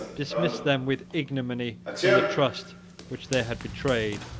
dismissed them with ignominy from the trust which they had betrayed,